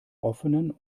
offenen